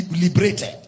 liberated